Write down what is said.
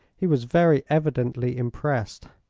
he was very evidently impressed.